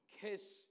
kiss